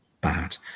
bad